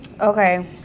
Okay